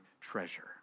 treasure